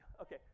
Okay